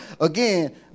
again